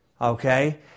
okay